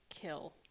kill